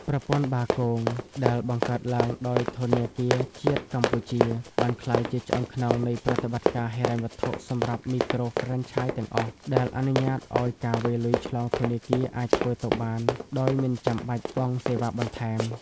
ប្រព័ន្ធ បាគង (Bakong) ដែលបង្កើតឡើងដោយធនាគារជាតិកម្ពុជា បានក្លាយជាឆ្អឹងខ្នងនៃប្រតិបត្តិការហិរញ្ញវត្ថុសម្រាប់មីក្រូហ្វ្រេនឆាយទាំងអស់ ដែលអនុញ្ញាតឱ្យការវេរលុយឆ្លងធនាគារអាចធ្វើទៅបានដោយមិនចាំបាច់បង់សេវាបន្ថែម។